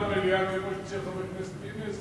יהיה בעד מליאה כמו שהציעו חבר הכנסת פינס